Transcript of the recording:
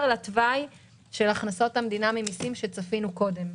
לתוואי של הכנסות המדינה ממסים שצפינו קודם.